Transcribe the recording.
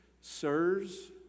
Sirs